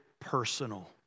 personal